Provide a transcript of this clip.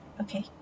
okay